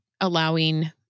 allowing